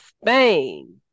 Spain